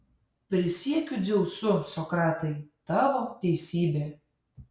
prisiekiu dzeusu sokratai tavo teisybė